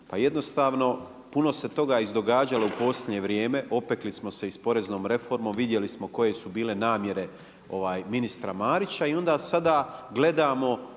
pa jednostavno puno se toga izdogađalo u posljednje vrije, opekli smo se i sa poreznom reformom, vidjeli smo koje su bile namjere ministra Marića i onda sada gledamo